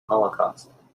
holocaust